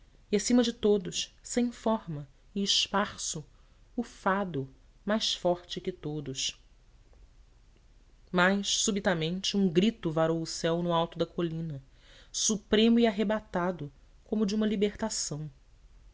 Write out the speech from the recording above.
e acima de todos sem forma e esparso o fado mais forte que todos mas subitamente um grito varou o céu no alto da colina supremo e arrebatado como o de uma libertação